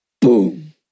Boom